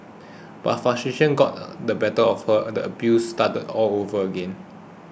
but frustration got the better of her and the abuse started all over again